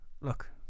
look